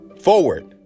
forward